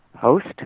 host